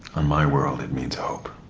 um my world it means hope